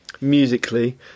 musically